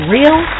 Real